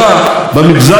לנוצרים,